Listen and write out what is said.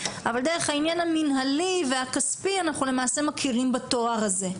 אבל דרך העניין המינהלי והכספי אנחנו למעשה מכירים בתואר הזה.